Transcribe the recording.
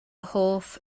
hoff